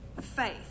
faith